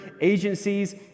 agencies